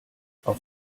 auf